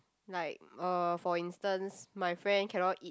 like uh for instance my friend cannot eat